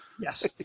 Yes